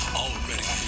already